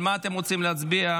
על מה אתם רוצים להצביע?